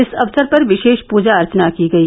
इस अवसर पर विशेष पूजा अर्चना की गई